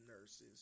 nurses